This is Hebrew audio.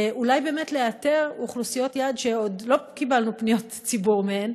אולי זה יאתר אוכלוסיות יעד שעוד לא קיבלנו פניות ציבור מהן,